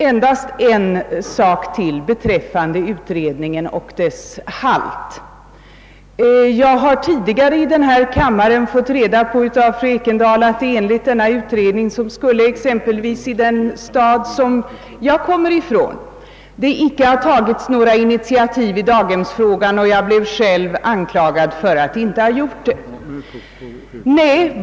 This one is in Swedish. Endast en sak till beträffande utredningen och dess sanningshalt. Jag har tidigare i denna kammare fått reda på av fru Ekendahl att enligt denna utredning skulle exempelvis i den stad jag kommer från inte ha tagits några initiativ i daghemsfrågan. Jag blev själv anklagad för att inte ha gjort det.